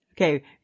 Okay